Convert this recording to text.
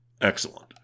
Excellent